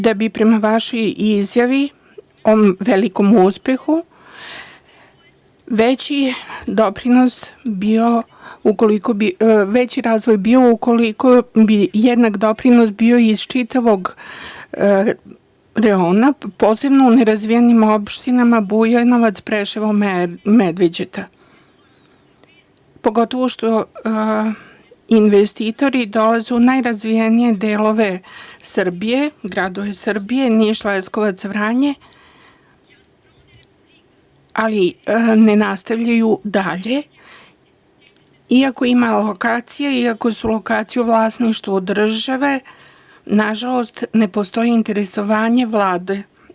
Mislim da bi, prema vašoj izjavi o velikom uspehu, veći razvoj bio ukoliko bi jednak doprinos bio iz čitavog reona, posebno nerazvijenim opštinama Bujanovac, Preševo, Medveđa, pogotovo što investitori dolaze u najrazvijenije delove Srbije, gradove Srbije, Niš, Leskovac, Vranje, ali ne nastavljaju dalje, iako ima lokacija, iako su lokacije u vlasništvu države, nažalost, ne postoji interesovanje Vlade.